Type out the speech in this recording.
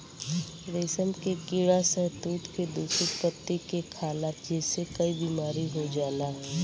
रेशम के कीड़ा शहतूत के दूषित पत्ती के खाला जेसे कई बीमारी हो जाला